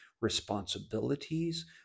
responsibilities